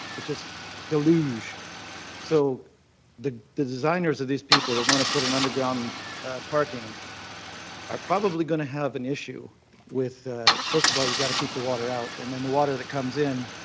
it just deluge. so the the designers of these people that wanna put in underground parking are probably gonna have an issue with first of all you gotta keep the water out, and then water that comes in,